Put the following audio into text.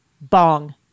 bong